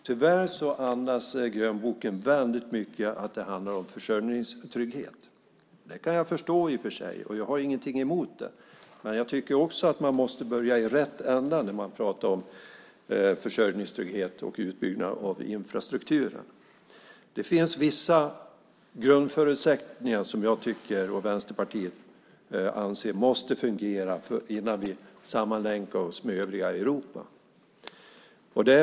Tyvärr andas grönboken starkt att det handlar om försörjningstrygghet. Det kan jag i och för sig förstå, och jag har ingenting emot det, men jag tycker samtidigt att man måste börja i rätt ända när man pratar om försörjningstrygghet och utbyggnad av infrastrukturen. Det finns vissa grundförutsättningar som jag och Vänsterpartiet anser måste fungera innan vi sammanlänkar oss med övriga Europa.